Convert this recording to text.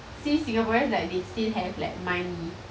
see singaporeans like they still have like money